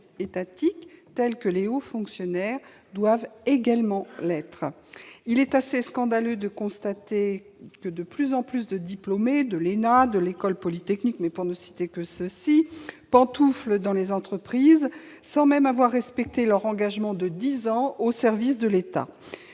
étatique, tels que les hauts fonctionnaires, doivent également l'être. Il est assez scandaleux de constater que de plus en plus de diplômés de l'ENA ou de l'École polytechnique, pour ne citer que celles-là, pantouflent dans les entreprises sans même avoir respecté leur engagement de dix ans au service de l'État.